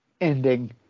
ending